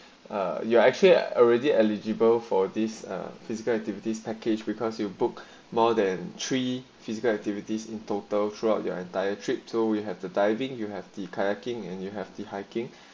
uh ya actually I already eligible for this uh physical activities package becomes you book more than three physical activities in total throughout their entire trip to we have to diving you hefty kayaking and you have the hiking